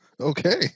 Okay